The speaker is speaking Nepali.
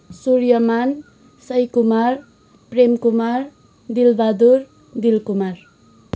सूर्यमान सही कुमार प्रेम कुमार दिल बहादुर दिल कुमार